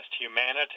humanity